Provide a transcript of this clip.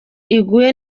iguye